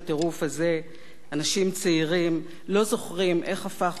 אנשים צעירים לא זוכרים איך הפך ראש ממשלה נבחר,